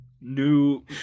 New